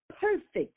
perfect